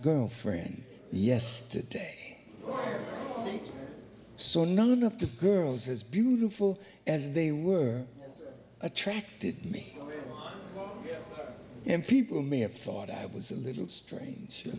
girlfriend yesterday so none of the girls as beautiful as they were attracted me m p people may have thought i was a little strange you